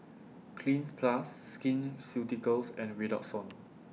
Cleanz Plus Skin Ceuticals and Redoxon